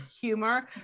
humor